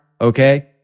Okay